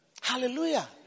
Hallelujah